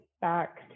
back